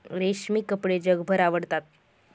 रेशमी कपडे जगभर आवडतात